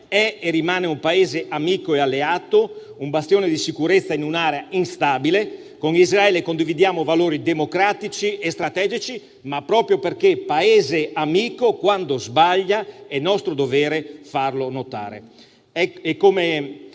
è e rimane un Paese amico e alleato, un bastione di sicurezza in un'area instabile. Con Israele condividiamo valori democratici e strategici, ma, proprio perché Paese amico, quando sbaglia è nostro dovere farlo notare.